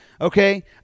okay